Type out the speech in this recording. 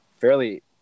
fairly